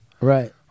Right